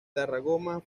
tarragona